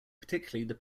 particularly